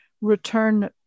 return